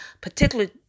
particularly